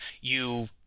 you-